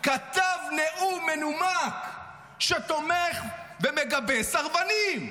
כתב נאום מנומק שתומך ומגבה סרבנים.